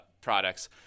products